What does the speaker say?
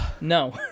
No